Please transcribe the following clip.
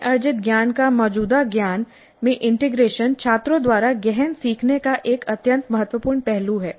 नए अर्जित ज्ञान का मौजूदा ज्ञान में इंटीग्रेशन छात्रों द्वारा गहन सीखने का एक अत्यंत महत्वपूर्ण पहलू है